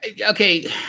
okay